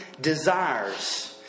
desires